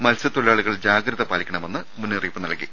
മത്സ്യത്തൊഴിലാളികൾ ജാഗ്രത പാലിക്കണമെന്ന് മുന്ന റിയിപ്പ് നൽകി